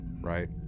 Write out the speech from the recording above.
right